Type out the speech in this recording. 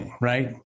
right